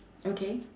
okay